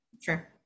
sure